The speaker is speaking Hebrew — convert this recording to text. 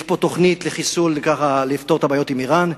יש פה תוכנית לפתור את הבעיות עם אירן,